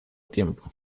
tiempo